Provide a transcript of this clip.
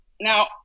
Now